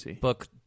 book